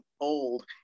old